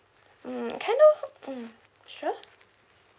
mm can I know mm sure